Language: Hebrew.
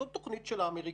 זו תוכנית של האמריקנים,